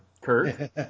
Kurt